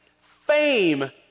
fame